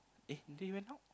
eh they went out